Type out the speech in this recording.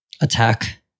attack